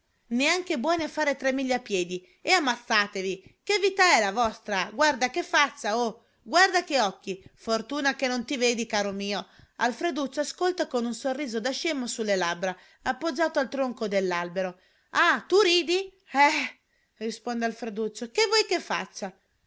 neanche buoni a fare tre miglia a piedi e ammazzatevi che vita è la vostra guarda che faccia oh guarda che occhi fortuna che non ti vedi caro mio alfreduccio ascolta con un sorriso da scemo sulle labbra appoggiato al tronco dell'albero ah tu ridi eh risponde alfreduccio che vuoi che faccia